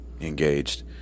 engaged